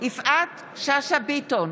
יפעת שאשא ביטון,